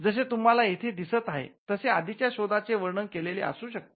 जसे तुम्हाला येथे दिसत आहे तसे आधीच्या शोधाचे वर्णन केलेले असू शकते